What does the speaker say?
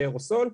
באירוסול.